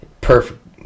perfect